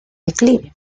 declive